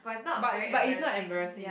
but but is not embarrassing